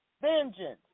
vengeance